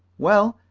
well,